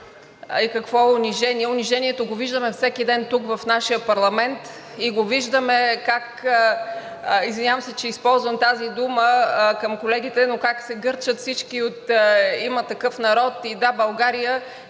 и какво е унижение. Унижението го виждаме всеки ден тук, в нашия парламент. Виждаме как – извинявам се, че използвам тази дума към колегите, но как се гърчат всички от „Има такъв народ“ и „Да, България“